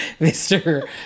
Mr